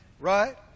right